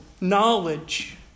knowledge